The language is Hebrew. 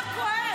מה כואב לך?